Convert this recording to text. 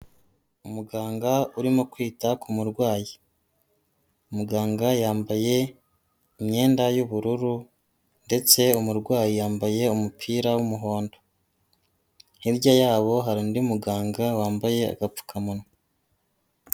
Umuganga urimo kwita ku murwayi, umuganga yambaye imyenda y'ubururu ndetse umurwayi yambaye umupira w'umuhondo, hirya yabo hari undi muganga wambaye agapfukamunwa.